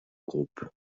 groupe